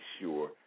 sure